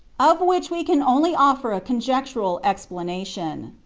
of which we can only offer a conjectural explana tion.